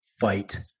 fight